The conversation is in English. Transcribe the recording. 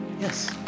Yes